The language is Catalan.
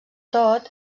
tot